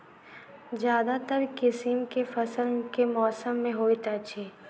ज्यादातर किसिम केँ फसल केँ मौसम मे होइत अछि?